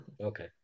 Okay